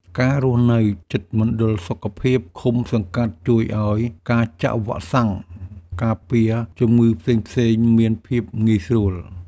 ការរស់នៅជិតមណ្ឌលសុខភាពឃុំសង្កាត់ជួយឱ្យការចាក់វ៉ាក់សាំងការពារជំងឺផ្សេងៗមានភាពងាយស្រួល។